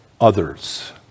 others